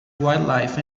wildlife